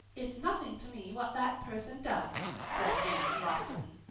it's nothing to me what that person does, said anne loftily.